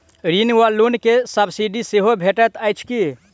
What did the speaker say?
ऋण वा लोन केँ सब्सिडी सेहो भेटइत अछि की?